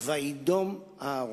"וידום אהרן".